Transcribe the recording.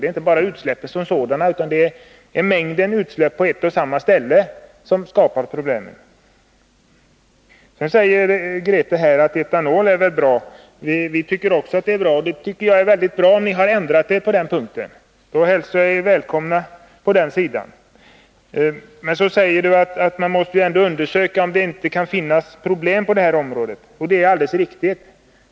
Det är inte bara utsläppen som sådana, utan det är mängden utsläpp på ett och samma ställe som skapar problem. Etanol är väl bra, säger Grethe Lundblad. Det är bra om ni har ändrat er på den punkten. Då hälsar jag er välkomna på vår sida. Så säger Grethe Lundblad att man måste undersöka om det kan finnas problem med nya drivmedel, och det är alldeles riktigt.